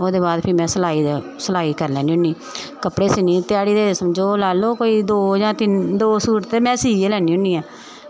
ते ओह्दे बाद फिर में सिलाई करी लैन्नी होन्नी कपड़े सीन्नी ध्याड़ी दे समझो लाई लैओ कोई दौ जां तिन्न दौ सूट ते में सीह् गै लैन्नी होन्नी ऐ